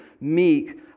meek